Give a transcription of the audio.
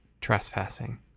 trespassing